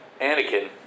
Anakin